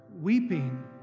weeping